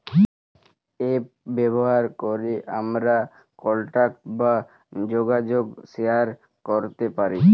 app ব্যাভার ক্যরে আমরা কলটাক বা জ্যগাজগ শেয়ার ক্যরতে পারি